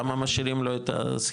למה משאירים לו את השכירות?